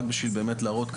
רק בשביל להראות,